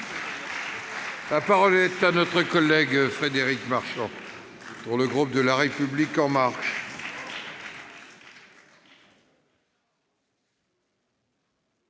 La parole est à M. Frédéric Marchand, pour le groupe La République En Marche.